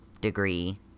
degree